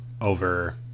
over